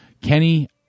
Kenny